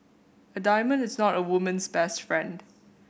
a diamond is not a woman's best friend